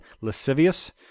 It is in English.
lascivious